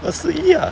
二十一 ah